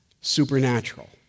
supernatural